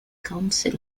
council